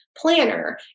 planner